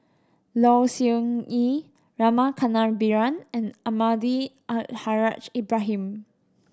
Low Siew Nghee Rama Kannabiran and Almahdi Al Haj Ibrahim